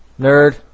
Nerd